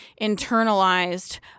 internalized